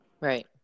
Right